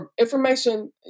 information